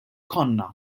konna